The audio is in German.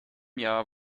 jahr